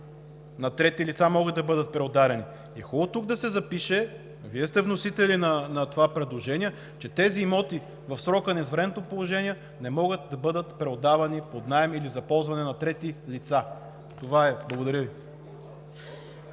На трети лица могат да бъдат преотдадени и е хубаво тук да се запише – Вие сте вносители на това предложение, че тези имоти в срока на извънредното положение не могат да бъдат преотдавани под наем или за ползване на трети лица. Благодаря Ви.